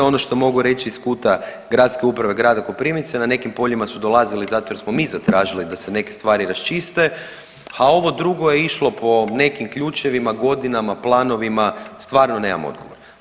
Ono što mogu reći iz kuta gradske uprave Grada Koprivnice na nekim poljima su dolazili zato jer smo mi zatražili da se ne neke stvari raščiste, a ovo drugo je išlo po nekim ključevima, godinama, planovima, stvarno nemam odgovor.